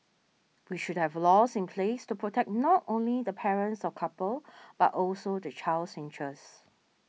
we should have laws in place to protect not only the parents or couple but also the child's interests